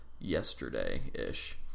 yesterday-ish